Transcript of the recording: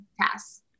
Pass